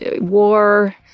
war